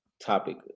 topic